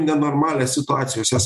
nenormalią situacijos jas